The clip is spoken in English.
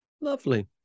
Lovely